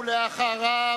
ואחריו,